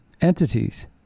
entities